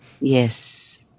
Yes